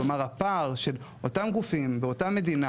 כלומר הפער של אותם גופים באותה מדינה